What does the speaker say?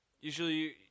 Usually